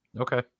Okay